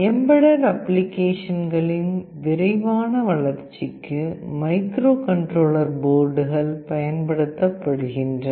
embedded அப்ளிகேஷன்களின் விரைவான வளர்ச்சிக்கு மைக்ரோகண்ட்ரோலர் போர்டுகள் பயன்படுத்தப்படுகின்றன